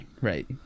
right